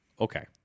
Okay